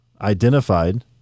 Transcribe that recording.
identified